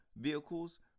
vehicles